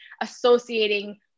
associating